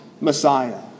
Messiah